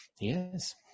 Yes